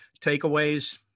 Takeaways